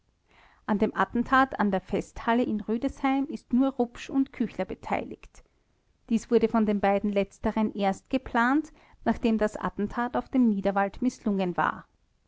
an dem attentat an der festhalle in rüdesheim ist nur rupsch und küchler beteiligt dies wurde von den beiden letzteren erst geplant nachdem das attentat auf dem niederwald mißlungen war